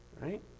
right